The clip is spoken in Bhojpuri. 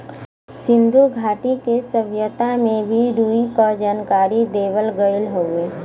सिन्धु घाटी के सभ्यता में भी रुई क जानकारी देवल गयल हउवे